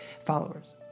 followers